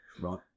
right